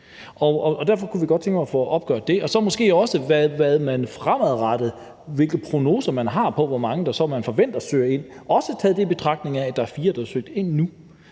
Derfor kunne vi godt tænke os at få det opgjort og så måske også få oplyst, hvilke prognoser man har på, hvor mange man så forventer søger ind, også taget i betragtning af, at der er fire, der har søgt ind nu.